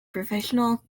professional